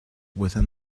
within